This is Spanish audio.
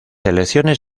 elecciones